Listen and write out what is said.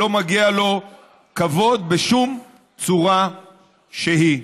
שלא מגיע לו כבוד בשום צורה שהיא.